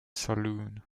saloon